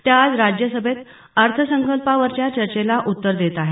त्या आज राज्यसभेत अर्थसंकल्पावरच्या चर्चेला उत्तर देत आहेत